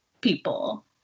people